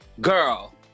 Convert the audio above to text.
girl